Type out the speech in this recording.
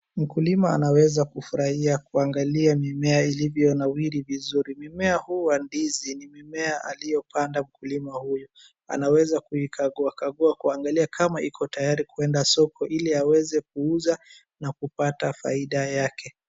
Mkulima anaweza kufurahia kuangalia mimea ilivyonawiri vizuri. Mimea huu wa ndizi ni mmea aliyopanda mkulima huyu. Anaweza kuikaguakagua kuangalia kama iko tayari kwenda soko ili aweze kuuza na kupata faida yake.